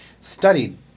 studied